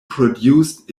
produced